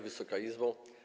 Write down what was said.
Wysoka Izbo!